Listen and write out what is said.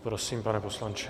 Prosím, pane poslanče.